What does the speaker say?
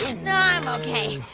and no, i'm ok.